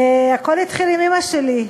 הכול התחיל עם אימא שלי.